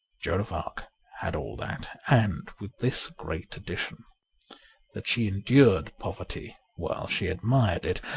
joan of arc had all that, and with this great addition that she endured poverty while she admired it,